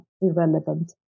irrelevant